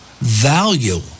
value